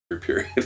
Period